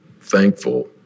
thankful